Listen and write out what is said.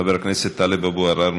חבר הכנסת טלב אבו עראר,